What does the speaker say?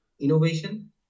innovation